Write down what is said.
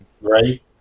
right